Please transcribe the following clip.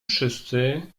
wszyscy